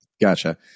Gotcha